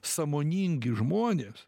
sąmoningi žmonės